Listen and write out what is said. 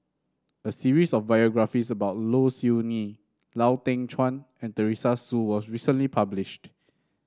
a series of biographies about Low Siew Nghee Lau Teng Chuan and Teresa Hsu was recently published